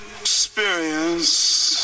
experience